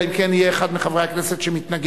אלא אם כן יהיה אחד מחברי הכנסת שמתנגד.